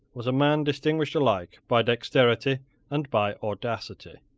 was a man distinguished alike by dexterity and by audacity,